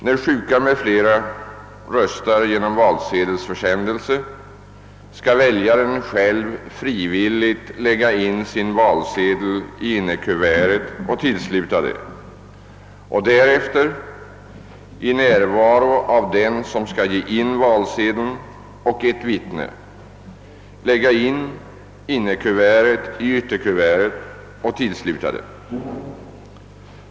När sjuka m.fl. röstar genom valsedelsförsändelse skall väljaren själv frivilligt lägga in sin valsedel i innerkuvertet och tillsluta detta och därefter i närvaro av den som skall ge in valsedeln och ett vittne lägga in innerkuvertet i ytterkuvertet och tillsluta detta.